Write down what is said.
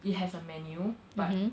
it has a menu but